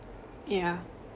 yeah